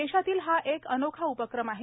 देशातील हा एक अनोखा उपक्रम आहे